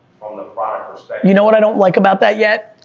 from the product persp you know what i don't like about that yet?